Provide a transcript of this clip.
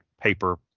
paper